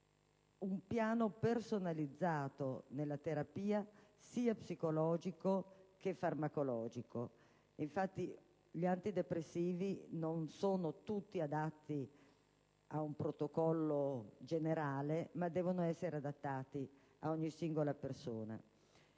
un piano personalizzato nella terapia, sia psicologico che farmacologico. Infatti, gli antidepressivi non sono tutti adatti a un protocollo generale, ma devono essere adattati a ogni singola persona.